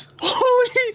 Holy